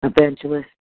Evangelist